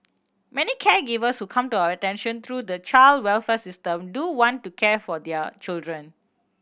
many caregivers who come to our attention through the child welfare system do want to care for their children